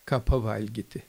ką pavalgyti